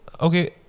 Okay